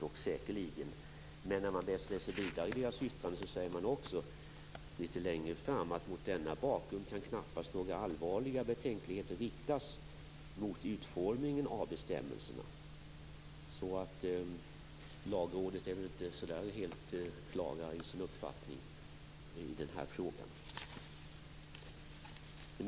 Och litet längre fram står det att några allvarliga betänkligheter mot denna bakgrund knappast kan riktas mot utformningen av bestämmelserna. Lagrådet är inte helt klart i sin uppfattning i denna fråga.